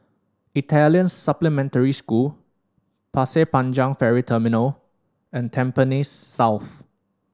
Italian Supplementary School Pasir Panjang Ferry Terminal and Tampines South